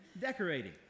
decorating